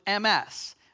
MS